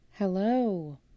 Hello